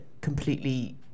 completely